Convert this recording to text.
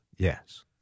Yes